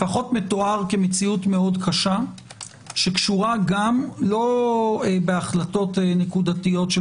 לפחות מתואר כמציאות מאוד קשה שקשורה גם לא בהחלטות נקודתיות של